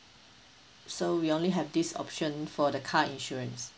so we only have this option for the car insurance